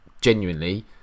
genuinely